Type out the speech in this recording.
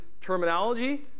terminology